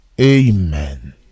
Amen